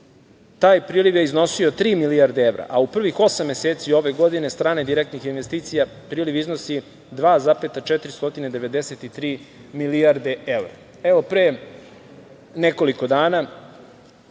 taj priliv je iznosio tri milijarde evra, a u prvih osam meseci stranih direktnih investicija priliv iznos 2,493 milijarde evra. Pre nekoliko dana,